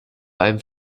einem